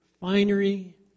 Finery